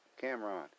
Cameron